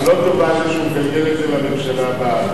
הלא-טובה היא שהוא מגלגל את זה לממשלה הבאה.